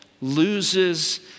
loses